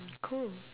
cool